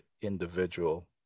individual